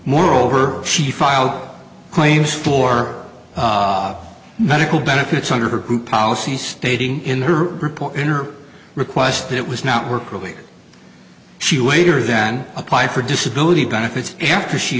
moreover she filed claims for medical benefits under her group policy stating in her report in her request that it was not work really she waiter then apply for disability benefits after she